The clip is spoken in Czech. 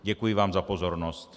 Děkuji vám za pozornost.